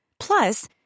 Plus